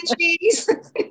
cheese